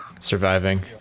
surviving